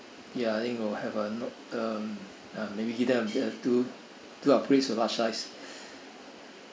ya think will have a no um ah maybe give them uh two two upgrades to large size